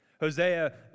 Hosea